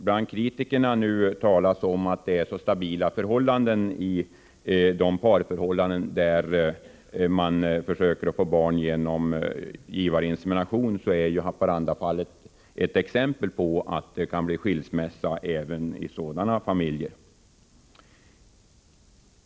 Bland kritikerna talas det nu om att de par som försöker få barn genom givarinsemination har så stabila förhållanden, men Haparandafallet är ett exempel på att även sådana förhållanden kan leda till skilsmässa.